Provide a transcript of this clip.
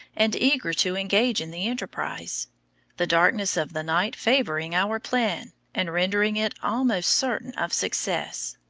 and eager to engage in the enterprise the darkness of the night favoring our plan, and rendering it almost certain of success.